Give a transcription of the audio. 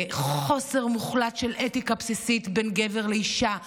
בחוסר מוחלט של אתיקה בסיסית בין גבר לאישה,